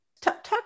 talk